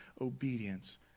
obedience